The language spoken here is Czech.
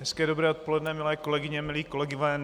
Hezké dobré odpoledne, milé kolegyně, milí kolegové.